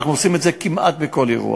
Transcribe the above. אנחנו עושים את זה כמעט בכל אירוע,